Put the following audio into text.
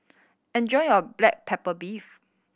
enjoy your black pepper beef